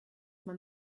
man